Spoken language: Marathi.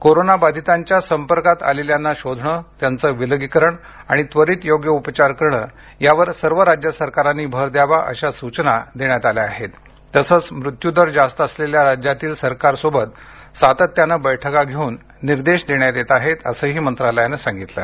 कोरोबाधितांच्या संपर्कात आलेल्यांना शोधणं त्यांचं विलगीकरण त्वरित योग्य उपचार करणं यावर सर्व राज्य सरकारांनी भर द्यावा अशा सूचना देण्यात आल्या आहेत तसंच मृत्यूदर जास्त असलेल्या राज्यांतील सरकारशी सातत्यानं बैठका घेऊन दिशानिर्देश देण्यात येत आहेत असंही मंत्रालयानं स्पष्ट केलं आहे